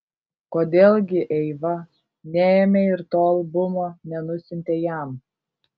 kodėl gi eiva neėmė ir to albumo nenusiuntė jam